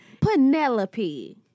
Penelope